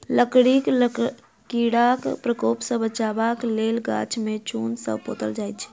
लकड़ीक कीड़ाक प्रकोप सॅ बचबाक लेल गाछ के चून सॅ पोतल जाइत छै